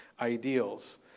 ideals